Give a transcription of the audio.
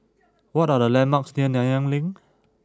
what are the landmarks near Nanyang Link